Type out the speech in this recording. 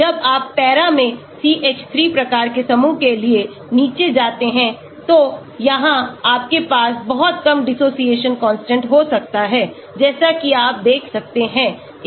जब आप पैरा में CH3 प्रकार के समूह के लिए नीचे जाते हैं तो यहां आपके पास बहुत कम dissociation constant हो सकता हैजैसा कि आप देख सकते हैं